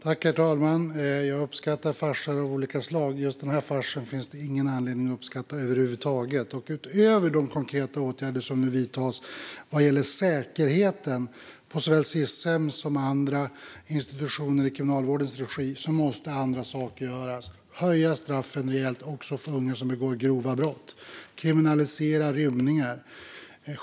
Herr talman! Jag uppskattar farser av olika slag, men just den här farsen finns det ingen anledning att uppskatta över huvud taget. Utöver de konkreta åtgärder som nu vidtas vad gäller säkerheten på såväl Sis-hem som andra institutioner i Kriminalvårdens regi måste andra saker göras. Vi måste höja straffen rejält, också för unga som begår grova brott. Vi måste kriminalisera rymningar.